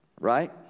Right